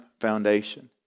foundation